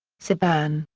sevan,